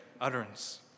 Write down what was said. utterance